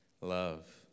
love